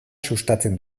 sustatzen